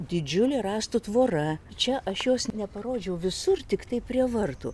didžiulė rąstų tvora čia aš jos neparodžiau visur tiktai prie vartų